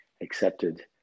accepted